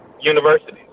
universities